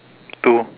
two